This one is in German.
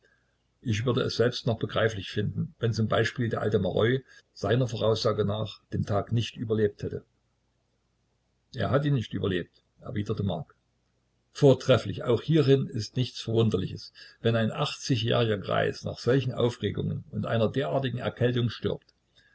ich würde es selbst noch begreiflich finden wenn zum beispiel der alte maroi seiner voraussage nach den tag nicht überlebt hätte er hat ihn nicht überlebt erwiderte mark vortrefflich auch hierin ist nichts verwunderliches wenn ein achtzigjähriger greis nach solchen aufregungen und einer derartigen erkältung stirbt